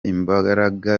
imbaraga